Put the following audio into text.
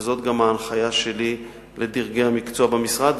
וזאת גם ההנחיה שלי לדרגי המקצוע במשרד,